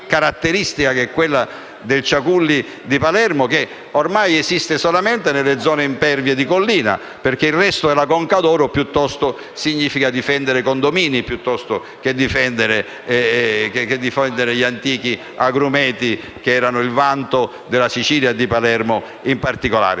del mandarino di Ciaculli a Palermo, che ormai esiste solamente nelle zone impervie di collina, perché per il resto, intervenire a favore della Conca d'oro significa difendere i condomini piuttosto che difendere gli antichi agrumeti che erano il vanto della Sicilia e di Palermo in particolare.